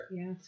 Yes